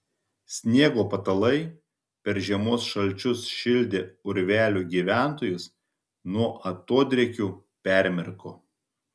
sniego patalai per žiemos šalčius šildę urvelių gyventojus nuo atodrėkių permirko